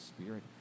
Spirit